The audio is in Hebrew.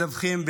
מדווחים,